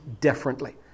differently